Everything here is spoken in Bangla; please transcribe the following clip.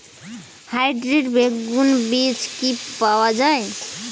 হাইব্রিড বেগুন বীজ কি পাওয়া য়ায়?